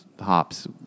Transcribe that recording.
hops